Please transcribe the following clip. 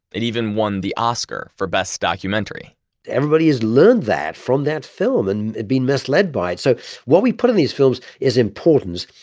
it even won the oscar for best documentary everybody has learned that from that film and had been misled by it. so what we put in these films is important,